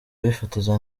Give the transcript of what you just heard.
bifotoza